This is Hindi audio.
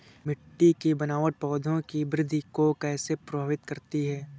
मिट्टी की बनावट पौधों की वृद्धि को कैसे प्रभावित करती है?